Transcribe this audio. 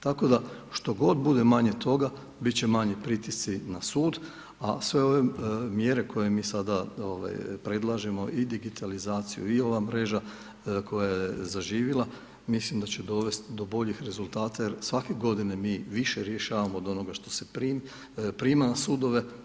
Tako da što god bude manje toga bit će manje pritisci na sud, a sve ove mjere koje mi sada ovaj predlažemo i digitalizaciju i ova mreža koja je zaživila mislim da će dovest do boljih rezultata jer svake godine mi više rješavamo o onoga što se prima na sudove.